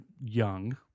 young